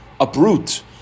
uproot